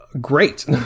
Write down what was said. great